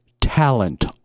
talent